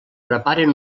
preparen